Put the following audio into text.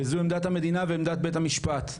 וזו עמדת המדינה ועמדת בתי המשפט,